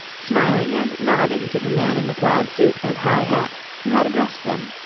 smiling and nodding to the man in the plaid suit and high hat who had addressed them.